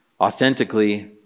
authentically